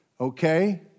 Okay